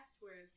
whereas